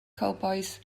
cowbois